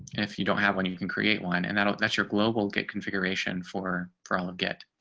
if you don't have one you can create one. and that's that's your global get configuration for for all of get